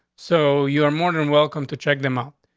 so you're more than welcome to check them out.